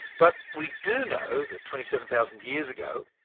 but we do know that twenty seven thousand years ago,